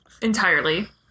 entirely